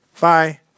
Bye